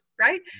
right